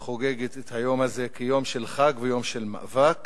חוגגת את היום הזה כיום של חג וכיום של מאבק.